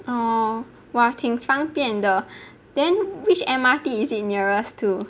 哦 !wah! 挺方便的 then which M_R_T is it nearest to